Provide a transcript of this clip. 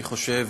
אני חושב,